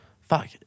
fuck